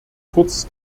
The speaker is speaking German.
kurz